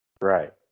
Right